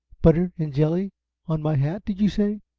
butter and jelly on my hat, did you say?